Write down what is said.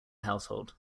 household